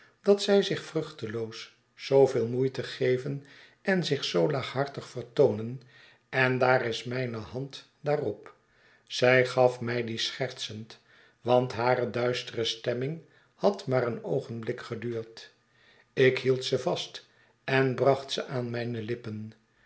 dat zij zich vruchteloos zooveel moeite geven en zich zoo laaghartig vertoonen en daar is mijne hand daarop zij gaf mij die schertsend want hare duistere stemming had maar een oogenblik geduurd ik hield ze vast en bracht ze aan mijne lippen